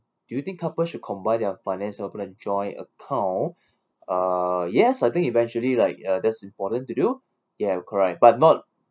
do you think couple should combine their finance and open a join account uh yes I think eventually like uh that's important to do ya correct but not